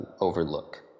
overlook